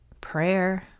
prayer